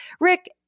Rick